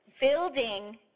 building